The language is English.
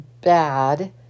bad